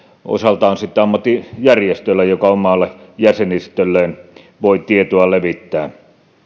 osaltaan sitten ammattijärjestöillä jotka omalle jäsenistölleen voivat tietoa levittää